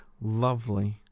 lovely